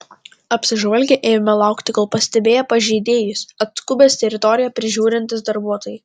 apsižvalgę ėmėme laukti kol pastebėję pažeidėjus atskubės teritoriją prižiūrintys darbuotojai